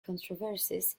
controversies